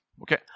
Okay